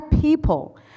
people